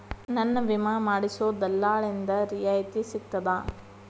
ನನ್ನ ವಿಮಾ ಮಾಡಿಸೊ ದಲ್ಲಾಳಿಂದ ರಿಯಾಯಿತಿ ಸಿಗ್ತದಾ?